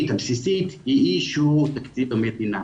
והבסיסית היא אי-אישור תקציב המדינה.